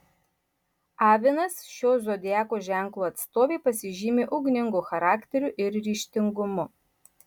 avinas šio zodiako ženklo atstovė pasižymi ugningu charakteriu ir ryžtingumu